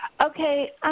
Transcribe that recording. Okay